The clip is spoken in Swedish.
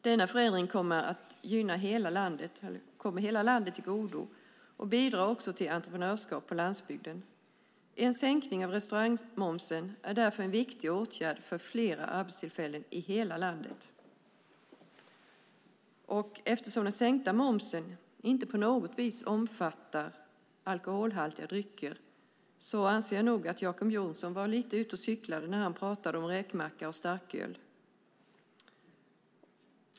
Denna förändring kommer hela landet till godo och bidrar också till entreprenörskap på landsbygden. En sänkning av restaurangmomsen är därför en viktig åtgärd för fler arbetstillfällen i hela landet. Eftersom den sänkta momsen inte på något vis omfattar alkoholhaltiga drycker anser jag nog att Jacob Johnson var ute och cyklade när han pratade om räkmacka och starköl.